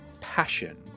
passion